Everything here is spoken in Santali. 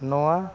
ᱱᱚᱣᱟ